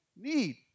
Need